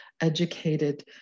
educated